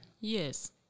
Yes